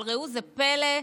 אבל ראו איזה פלא,